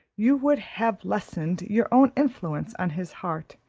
you would have lessened your own influence on his heart,